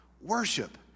Worship